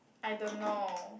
I don't know